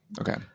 Okay